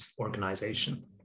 organization